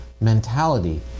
mentality